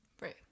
Right